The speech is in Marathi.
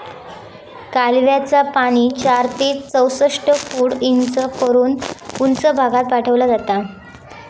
कालव्याचा पाणी चार ते चौसष्ट फूट उंच करून उंच भागात पाठवला जाता